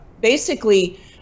basically-